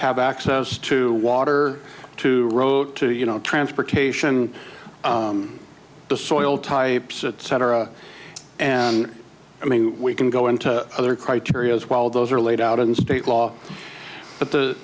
have access to water to grow to you know transportation the soil types cetera and i mean we can go into other criteria as well those are laid out in state law but the